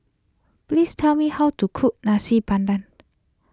please tell me how to cook Nasi Padang